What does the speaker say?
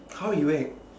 how he whack